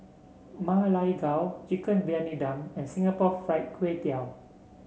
Ma Lai Gao Chicken Briyani Dum and Singapore Fried Kway Tiao